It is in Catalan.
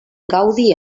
gaudi